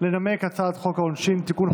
לנמק את הצעת חוק העונשין (תיקון,